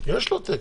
יש לו תקן.